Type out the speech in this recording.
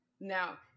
now